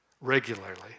regularly